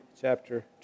chapter